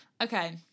Okay